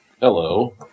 Hello